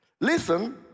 Listen